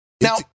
Now